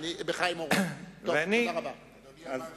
אדוני אמר "חנך"